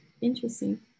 interesting